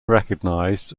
recognized